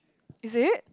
is it